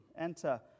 Enter